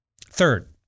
Third